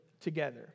together